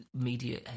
media